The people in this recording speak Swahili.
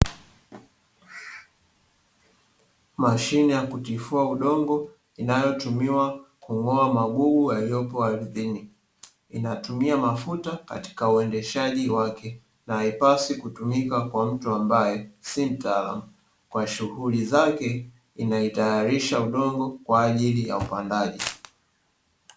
Mashine ya kutifua udongo inayotumiwa kung'oa magugu yaliyopo ardhini inatumia mafuta katika uendeshaji wake, na haipaswi kutumika kwa mtu ambaye si mtaalamu, kwa shughuli zake inatayarisha udongo kwa ajili ya upandaji.